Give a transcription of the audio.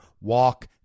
walk